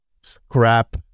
scrap